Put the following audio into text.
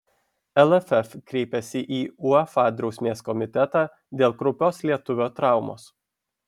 lff kreipėsi į uefa drausmės komitetą dėl kraupios lietuvio traumos